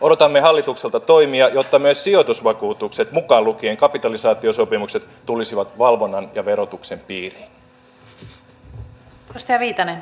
odotamme hallitukselta toimia jotta myös sijoitusvakuutukset mukaan lukien kapitalisaatiosopimukset tulisivat valvonnan ja verotuksen piiriin